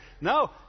No